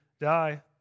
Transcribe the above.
die